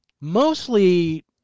mostly